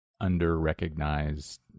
under-recognized